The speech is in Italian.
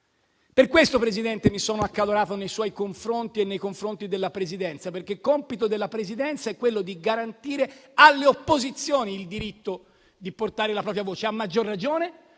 Per questo, Presidente, mi sono accalorato nei suoi confronti e nei confronti della Presidenza: perché compito della Presidenza è quello di garantire alle opposizioni il diritto di portare la propria voce, a maggior ragione